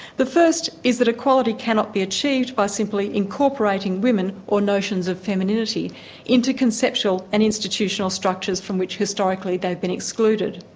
the first is that equality cannot be achieved by simply incorporating women or notions of femininity into conceptual and institutional structures from which historically they've been excluded.